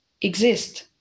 exist